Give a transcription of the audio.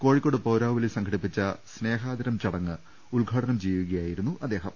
കോഴിക്കോട് പൌരാവലി സംഘ ടിപ്പിച്ച സ്നേഹാദരം ചടങ്ങ് ഉദ്ഘാടനം ചെയ്യുകയായിരുന്നു അദ്ദേ ഹം